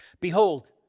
Behold